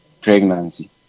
pregnancy